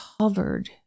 covered